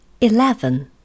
Eleven